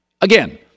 again